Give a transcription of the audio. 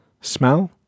Smell